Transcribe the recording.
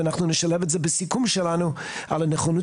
ואנחנו נשלב את זה בסיכום שלנו על הנכונות